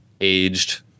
aged